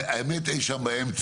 האמת היא אי שם באמצע.